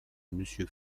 monsieur